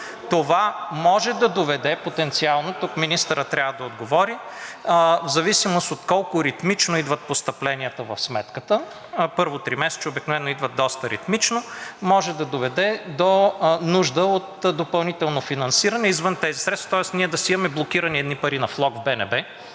Това може да доведе потенциално – тук министърът, трябва да отговори, в зависимост от колко ритмично идват постъпленията в сметката, а първото тримесечие обикновено идват доста ритмично, може да доведе до нужда от допълнително финансиране извън тези средства, тоест ние да си имаме блокирани едни пари на влог в БНБ